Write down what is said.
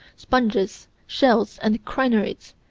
sponges, shells, and crinoids,